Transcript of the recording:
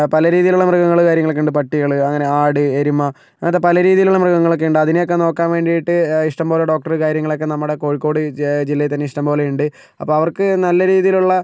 ഇപ്പോൾ പല രീതിയിലുള്ള മൃഗങ്ങൾ കാര്യങ്ങളൊക്കെ ഉണ്ട് പട്ടികൾ അങ്ങനെ ആട് എരുമ അങ്ങനത്തെ പല രീതിയിലുള്ള മൃഗങ്ങളൊക്കെ ഉണ്ട് അതിനെയൊക്കെ നോക്കാൻ വേണ്ടിയിട്ട് ഇഷ്ടംപോലെ ഡോക്ട്ർ കാര്യങ്ങളൊക്കെ നമ്മുടെ കോഴിക്കോട് ജ് ജില്ലയിൽ തന്നെ ഇഷ്ടംപോലെ ഉണ്ട് അപ്പം അവർക്ക് നല്ലരീതിയിലുള്ള